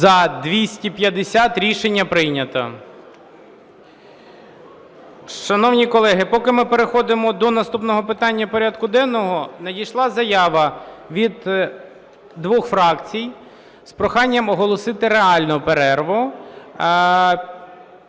За-237 Рішення прийнято.